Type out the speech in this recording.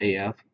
AF